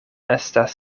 estas